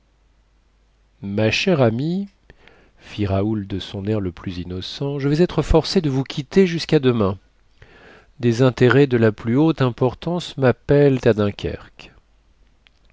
ma chère amie fit raoul de son air le plus innocent je vais être forcé de vous quitter jusquà demain des intérêts de la plus haute importance mappellent à dunkerque